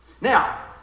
Now